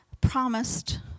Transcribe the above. promised